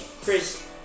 Chris